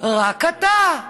רק אתה.